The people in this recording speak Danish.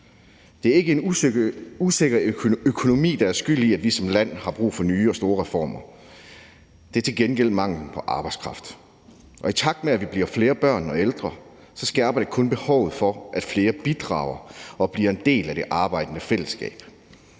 Det er ikke en usikker økonomi, der er skyld i, at vi som land har brug for nye og store reformer, det er til gengæld manglen på arbejdskraft. Og i takt med at vi bliver flere børn og ældre, skærper det kun behovet for, at flere bidrager og bliver en del af det arbejdende fællesskab.